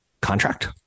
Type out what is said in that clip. contract